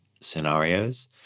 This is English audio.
scenarios